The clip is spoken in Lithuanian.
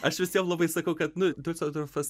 aš visiem labai sakau kad nu diuseldorfas